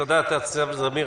תודה תת-ניצב זמיר.